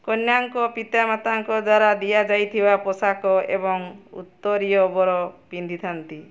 କନ୍ୟାଙ୍କ ପିତାମାତାଙ୍କ ଦ୍ୱାରା ଦିଆଯାଇଥିବା ପୋଷାକ ଏବଂ ଉତ୍ତରୀୟ ବର ପିନ୍ଧିଥାନ୍ତି